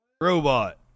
robot